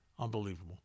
Unbelievable